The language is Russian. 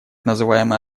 называемая